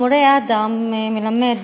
המורה אדם מלמד,